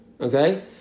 Okay